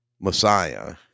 Messiah